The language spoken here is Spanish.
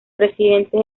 presidente